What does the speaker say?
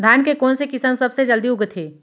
धान के कोन से किसम सबसे जलदी उगथे?